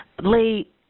Lee